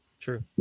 True